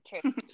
True